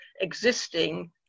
existing